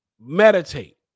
Meditate